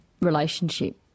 relationship